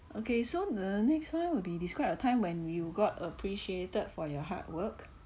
okay so the next one will be describe a time when you got appreciated for your hard work